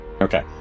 Okay